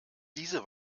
diese